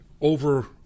over